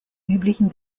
üblichen